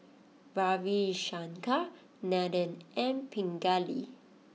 Ravi Shankar Nathan and Pingali